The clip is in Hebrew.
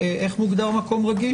איך מוגדר מקום רגיש?